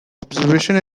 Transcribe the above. observation